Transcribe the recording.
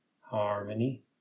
harmony